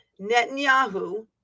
Netanyahu